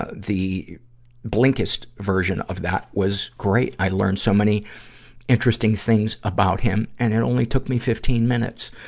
ah the blinkist version of that was great. i learned so many interesting things about him. and it only took me fifteen minutes.